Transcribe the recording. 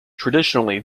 traditionally